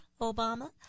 Obama